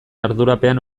ardurapean